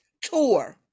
Tour